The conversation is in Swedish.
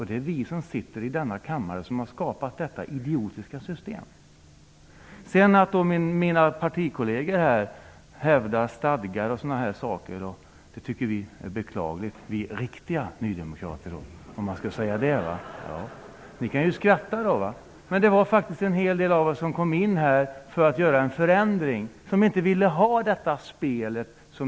Det är vi som sitter i denna kammare som har skapat detta idiotiska system. Mina partikolleger hävdar partistadgar, m.m. Det tycker vi ''riktiga'' nydemokrater är beklagligt. Ni kan skratta, men det var faktiskt en hel del av oss som kom in här i riksdagen för att göra en förändring. Vi ville inte ha detta spel.